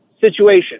situation